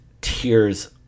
tears